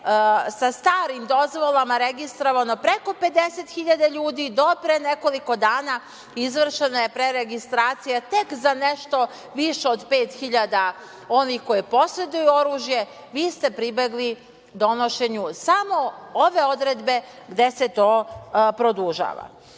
sa starim dozvolama registrovano preko 50 hiljada ljudi, do pre nekoliko dana izvršena je preregistracija tek za nešto više od pet hiljada onih koji poseduju oružje, a vi ste pribegli donošenju samo ove odredbe gde se to produžava. Udruženje